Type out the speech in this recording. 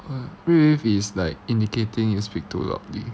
wave is like indicating you speak too loudly